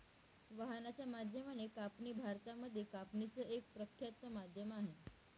वाहनाच्या माध्यमाने कापणी भारतामध्ये कापणीच एक प्रख्यात माध्यम आहे